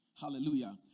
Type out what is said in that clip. Hallelujah